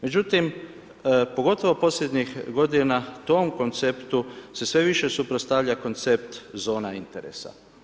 Međutim, pogotovo posljednjih godina tom konceptu se sve više suprotstavlja koncept zona interesa.